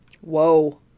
Whoa